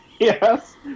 Yes